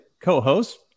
co-host